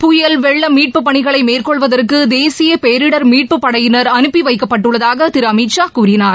புயல் வெள்ள மீட்புப் பணிகளை மேற்கொள்வதற்கு தேசிய பேரிடர் மீட்புப்படையினர் அனுப்பி வைக்கப்பட்டுள்ளதாக திரு அமித்ஷா கூறினார்